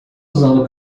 usando